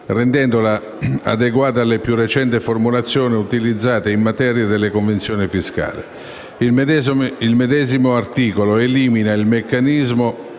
rendendola adeguata alla più recente formulazione utilizzata in materia nelle Convenzioni fiscali. Il medesimo articolo elimina il meccanismo